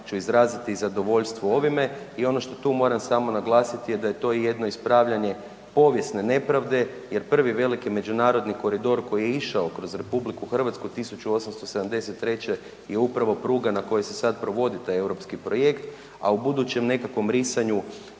izraziti zadovoljstvo ovime i ono što tu moram samo naglasiti je da je to jedno ispravljanje povijesne nepravde jer prvi veliki međunarodni koridor koji je išao kroz RH 1873. je upravo pruga na kojoj se sad provodi taj europski projekt, a u budućem nekakvom risanju